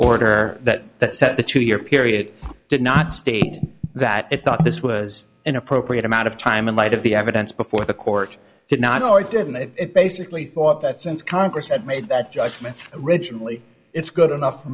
order that that set the two year period did not state that it thought this was an appropriate amount of time in light of the evidence before the court did not know or didn't they basically thought that since congress had made that judgment rigidly it's good enough for